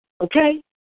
Okay